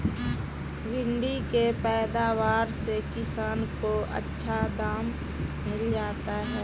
भिण्डी के पैदावार से किसान को अच्छा दाम मिल जाता है